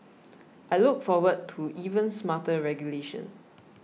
I look forward to even smarter regulation